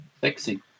Sexy